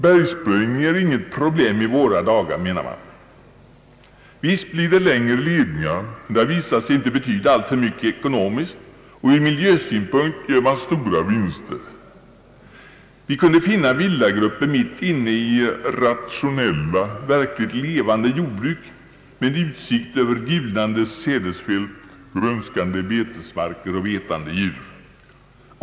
Bergsprängning är inget problem i våra dagar menar man. Visst blir det längre ledningar men det har visat sig inte betyda alltför mycket ekonomiskt och ur miljösynpunkt gör man stora vinster. Vi kunde finna villagrupper mitt inne i rationella, verkligt levande jordbruk med utsikt över gulnande sädesfält, grönskande betesmarker och betande djur.